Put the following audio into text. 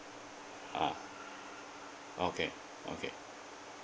ah okay okay